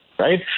right